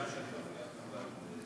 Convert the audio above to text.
סליחה שאני מפריע לך,